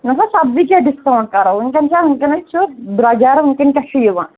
نہٕ حظ سبزی کیٛاہ ڈِسکاوُنٛٹ کَرو وٕنۍکٮ۪ن چھا وٕنۍکٮ۪نَے چھُ درٛوجَر وٕنۍکٮ۪ن کیٛاہ چھُ یِوان